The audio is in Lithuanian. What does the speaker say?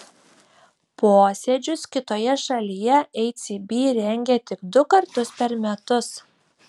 posėdžius kitoje šalyje ecb rengia tik du kartus per metus